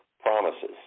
promises